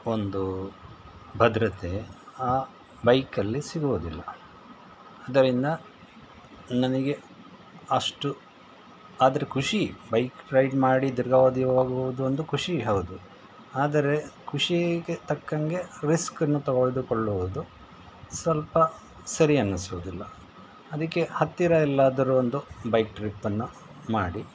ಒಂದು ಭದ್ರತೆ ಆ ಬೈಕಲ್ಲಿ ಸಿಗುವುದಿಲ್ಲ ಅದರಿಂದ ನನಗೆ ಅಷ್ಟು ಆದರೆ ಖುಷಿ ಬೈಕ್ ರೈಡ್ ಮಾಡಿ ದೀರ್ಘಾವಧಿ ಹೋಗುವುದು ಒಂದು ಖುಷಿ ಹೌದು ಆದರೆ ಕುಶಿಗೆ ತಕ್ಕಂಗೆ ರಿಸ್ಕನ್ನು ತೆಗೆದುಕೊಳ್ಳುವುದು ಸ್ವಲ್ಪ ಸರಿ ಅನ್ನಿಸೋದಿಲ್ಲ ಅದಕ್ಕೆ ಹತ್ತಿರ ಎಲ್ಲಾದರೂ ಒಂದು ಬೈಕ್ ಟ್ರಿಪ್ಪನ್ನ ಮಾಡಿ